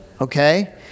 Okay